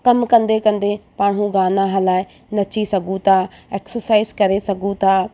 कमु कंदे कंदे पाण हू गाना हलाए नची सघूं था एक्सोसाईज़ करे सघूं था